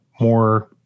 more